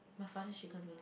my father's chicken wing